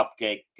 Cupcake